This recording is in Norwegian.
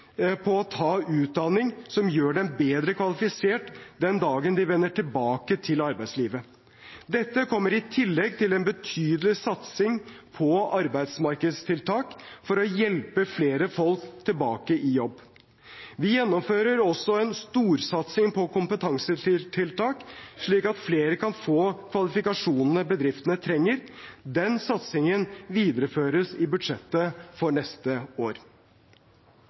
på å ta utdanning som gjør dem bedre kvalifisert den dagen de vender tilbake til arbeidslivet. Dette kommer i tillegg til en betydelig satsing på arbeidsmarkedstiltak for å hjelpe flere folk tilbake i jobb. Vi gjennomfører også en storsatsing på kompetansetiltak, slik at flere kan få kvalifikasjonene bedriftene trenger. Den satsingen videreføres i budsjettet for neste år.